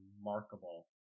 remarkable